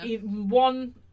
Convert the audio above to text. one